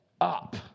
up